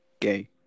gay